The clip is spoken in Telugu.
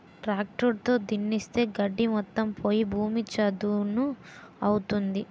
ట్రాక్టర్ తో దున్నిస్తే గడ్డి మొత్తం పోయి భూమి చదును అవుతుంది